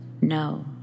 no